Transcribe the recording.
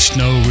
Snow